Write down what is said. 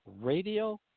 Radio